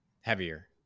heavier